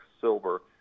silver